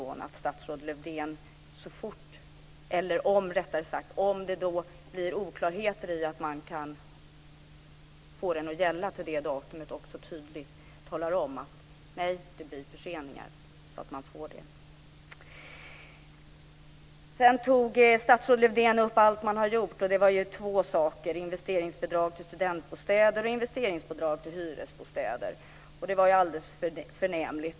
Om det uppstår oklarheter om ifall det är möjligt att genomföra detta till det datumet utgår jag ifrån att statsrådet Lövdén tydligt talar om att det blir förseningar. Statsrådet räknade upp allt som man hade gjort, och det var två saker: investeringsbidrag till studentbostäder och investeringsbidrag till hyresbostäder. Det var ju förnämligt.